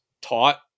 taught